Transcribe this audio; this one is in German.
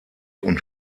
und